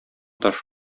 таш